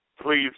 please